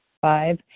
Five